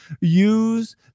use